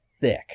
thick